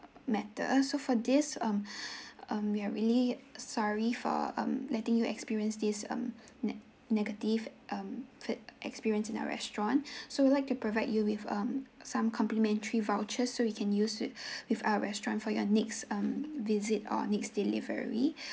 matter so for this um um we're really sorry for um letting you experience this um neg~ negative um feed~ experience in our restaurant so we would like to provide you with um some complimentary vouchers so you can use it with our restaurant for your next um visit or next delivery